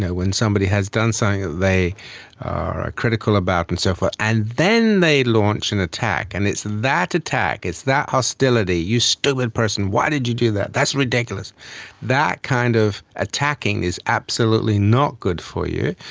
ah when someone has done something that they are critical about and so forth, and then they launch an attack. and it's that attack, it's that hostility you stupid person, why did you do that, that's ridiculous that kind of attacking is absolutely not good for you,